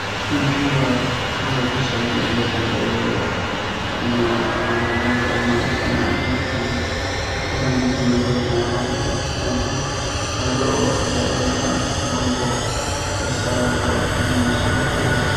Kuna shamba ndefu zaidi ambaye shamba hii huwa ina engenezangwa ama iko na ndizi minngi. Sasa ndizi hii ambaye ina rangi la kijani bado haijaleta gombo sasa huwa ina shamba kubwa.